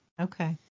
Okay